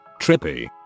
Trippy